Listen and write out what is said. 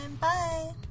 Bye